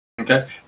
Okay